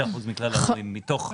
ממילא הולכים לקופות